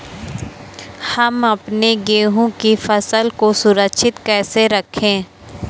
हम अपने गेहूँ की फसल को सुरक्षित कैसे रखें?